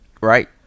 right